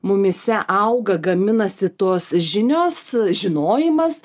mumyse auga gaminasi tos žinios žinojimas